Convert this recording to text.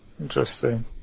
interesting